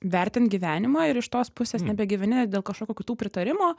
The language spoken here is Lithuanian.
vertint gyvenimą ir iš tos pusės nebegyveni dėl kažkokio kitų pritarimo